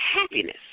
happiness